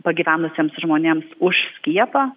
pagyvenusiems žmonėms už skiepą